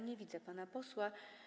Nie widzę pana posła.